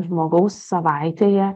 žmogaus savaitėje